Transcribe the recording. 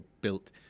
built